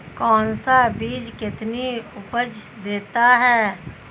कौन सा बीज कितनी उपज देता है?